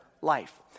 life